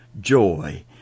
joy